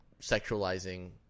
sexualizing